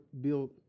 built